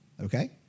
Okay